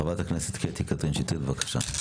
חברת הכנסת קטי קטרין שטרית, בבקשה.